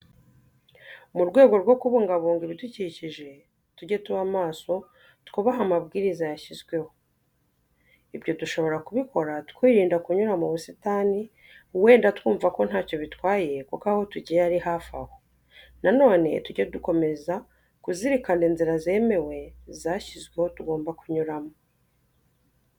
Mu rwego rwo kubungabunga ibidukikije, tuge tuba amaso twubahe amabwiriza yashyizweho. Ibyo dushobora kubikora twirinda kunyura mu busitani, wenda twumva ko ntacyo bitwaye kuko aho tugiye ari hafi aho. Na none tujye dukomeza kuzirikana inzira zemewe zashyizweho tugomba kunyuramo.